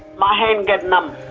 my hand get numb.